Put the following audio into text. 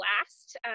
last